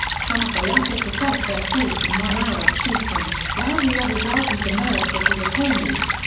some of the latter professed their faith in one arab chieftain, while the others argued the merits of his opponent.